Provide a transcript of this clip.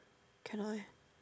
cannot eh